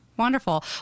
wonderful